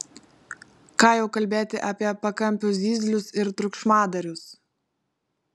ką jau kalbėti apie pakampių zyzlius ir triukšmadarius